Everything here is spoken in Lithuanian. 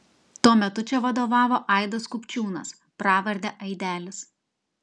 tuo metu čia vadovavo aidas kupčiūnas pravarde aidelis